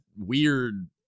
weird